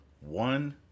one